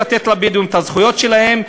לתת לבדואים את הזכויות שלהם,